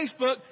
Facebook